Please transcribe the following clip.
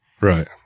Right